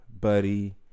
Buddy